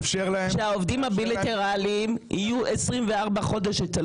שהעובדים הבילטרליים יהיו 24 חודש אצל